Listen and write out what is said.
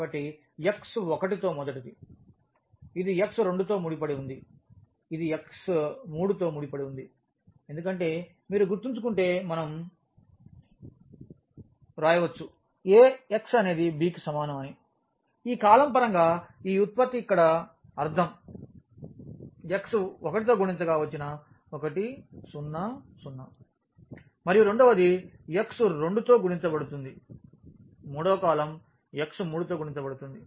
కాబట్టి x1తో మొదటిది ఇది x2తో ముడిపడి ఉంది ఇది x3 తో ముడిపడి ఉంది ఎందుకంటే మీరు గుర్తుంచుకుంటే మనం దీనిని వ్రాయవచ్చు Ax అనేది b కి సమానం అని ఈ కాలమ్ పరంగా ఈ ఉత్పత్తికి ఇక్కడ అర్థం x1తో గుణించగా వచ్చిన 1 0 0 మరియు రెండవది x2 తో గుణించబడుతుంది మూడవ కాలమ్ x3 తో గుణించబడుతుంది